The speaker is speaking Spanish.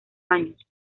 años